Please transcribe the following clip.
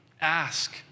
ask